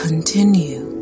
Continue